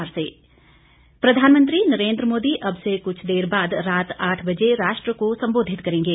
प्रधानमंत्री प्रधानंमत्री नरेंद्र मोदी अब से कुछ देर बाद रात आठ बजे राष्ट्र को संबोधित करेंगे